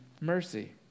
mercy